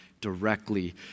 directly